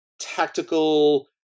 tactical